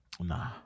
Nah